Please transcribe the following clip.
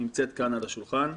נמצאת כאן על השולחן.